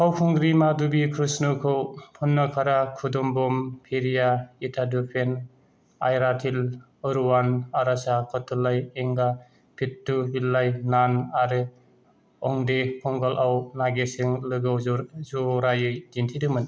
फावखुंग्रि माधबि क्रिष्ण'खौ पन्नाकारा खुदुम्बम पेरिया इडाथु पेन आयराथिल ओरुवान आरासा कट्टालाई एंगा भिट्टू पिल्लाई नान आरो अन्धे कंगल'आव नागेशजों लोगोआव जरायै दिन्थिदोंमोन